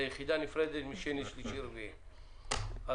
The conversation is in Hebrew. הישיבה ננעלה בשעה 14:55.